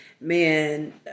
man